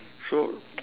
so